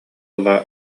ыла